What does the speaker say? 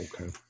Okay